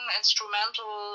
instrumental